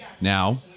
Now